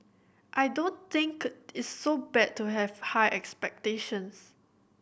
I don't think it's so bad to have high expectations